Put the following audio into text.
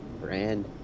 brand